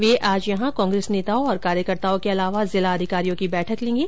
वे आज यहां कांग्रेस नेताओं और कार्यकर्ताओं के अलावा जिला अधिकारियों की बैठक लेंगे